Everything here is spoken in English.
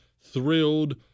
thrilled